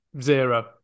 zero